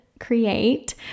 create